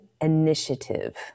initiative